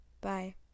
Bye